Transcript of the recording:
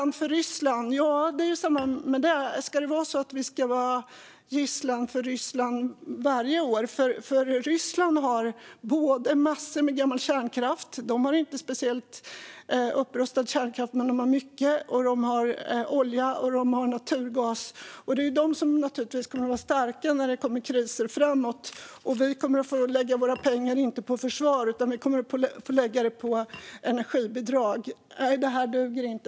När det gäller det här med att vara Rysslands gisslan är det samma sak med det - ska det vara så varje år? Ryssland har massor av gammal kärnkraft - de har inte en speciellt upprustad kärnkraft men de har mycket - och de har olja och naturgas. Det är de som kommer att vara starka när det kommer kriser framöver. Vi kommer att få lägga våra pengar inte på försvar utan på energibidrag. Nej, det här duger inte.